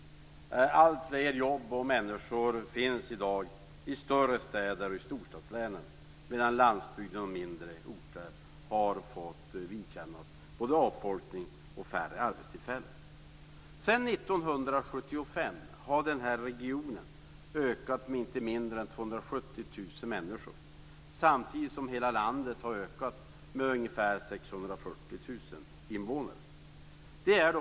Alltfler jobb och människor finns i dag i större städer och i storstadslänen, medan landsbygden och mindre orter har fått vidkännas både avfolkning och färre arbetstillfällen. Sedan 1975 har folkmängden i Stockholmsregionen ökat med inte mindre än 270 000 människor samtidigt som folkmängden i hela landet har ökat med ungefär 640 000 invånare.